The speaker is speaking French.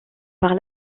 par